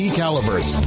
calibers